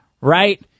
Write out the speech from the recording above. right